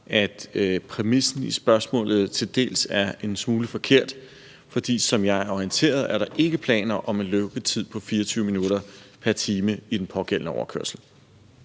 at præmissen i spørgsmålet til dels er en smule forkert, for som jeg er orienteret, er der ikke planer om en lukketid på 24 minutter pr. time i den pågældende overkørsel.